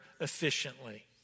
efficiently